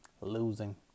Losing